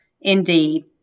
Indeed